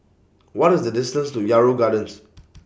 What IS The distance to Yarrow Gardens